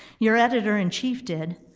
your editor in chief did.